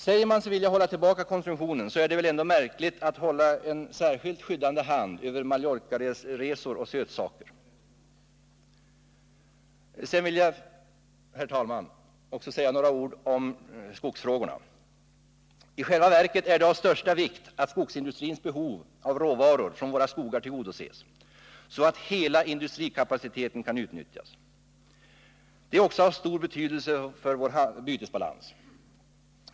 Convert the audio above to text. Säger man sig vilja hålla tillbaka konsumtionen, så är det väl ändå märkligt att man håller en särskilt skyddande hand över Mallorcaresor och sötsaker. Sedan vill jag, herr talman, också säga några ord om skogsfrågorna. Det är självfallet av största vikt att skogsindustrins behov av råvaror från våra skogar tillgodoses, så att hela industrikapaciteten kan utnyttjas. Detta är också av stor betydelse för bytesbalansen.